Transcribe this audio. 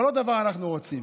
אבל עוד דבר אנחנו רוצים.